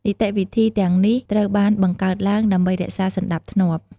នីតិវិធីទាំងនេះត្រូវបានបង្កើតឡើងដើម្បីរក្សាសណ្តាប់ធ្នាប់។